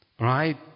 Right